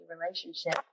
relationship